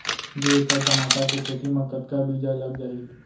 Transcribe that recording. दू एकड़ टमाटर के खेती मा कतका बीजा लग जाही?